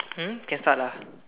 um can start ah